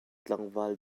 tlangval